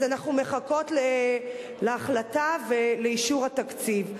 אז אנחנו מחכות להחלטה ולאישור התקציב.